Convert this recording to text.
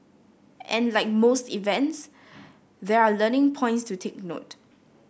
and like most events there are learning points to take note